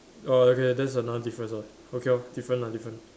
oh okay that's another difference [what] okay lor different lah different